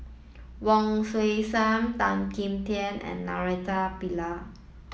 Wong Tuang Seng Tan Kim Tian and Naraina Pillai